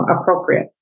appropriate